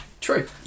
true